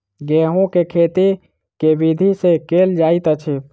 गेंहूँ केँ खेती केँ विधि सँ केल जाइत अछि?